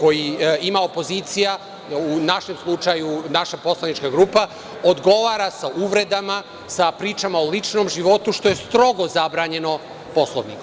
koji ima opozicija, u našem slučaju naša poslanika grupa, odgovara sa uvredama, sa pričama o ličnom životu, što je strogo zabranjeno Poslovnikom.